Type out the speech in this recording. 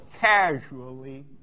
Casually